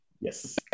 Yes